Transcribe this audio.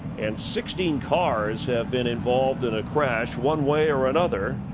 and sixteen cars have been involved in a crash. one way or another.